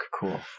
Cool